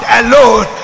alone